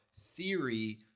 theory